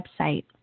website